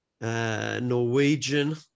Norwegian